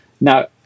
Now